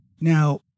now